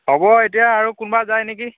হ'ব আৰু এতিয়া কোনোবা যায় নেকি